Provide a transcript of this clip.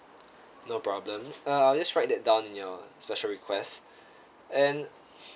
no problem uh I'll just write that down in your special request and